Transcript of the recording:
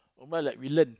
umrah like we learn